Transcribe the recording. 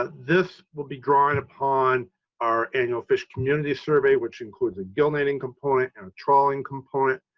this will be drawn upon our annual fish community survey, which includes a gillnetting component and a trawling component.